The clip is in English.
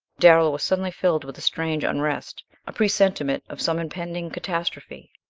darrell was suddenly filled with a strange unrest a presentiment of some impending catastrophe.